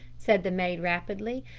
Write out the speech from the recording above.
said the maid rapidly,